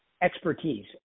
expertise